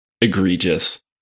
egregious